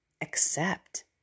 accept